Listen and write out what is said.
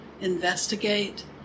investigate